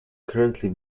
currently